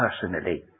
personally